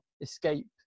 escape